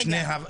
למה?